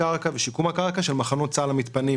הקרקע ושיקום הקרקע של מחנות צה"ל המתפנים,